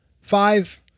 Five